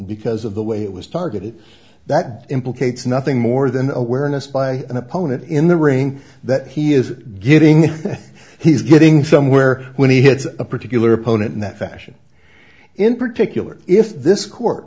because of the way it was targeted that implicates nothing more than awareness by an opponent in the ring that he is getting that he's getting somewhere when he hits a particular opponent in that fashion in particular if this court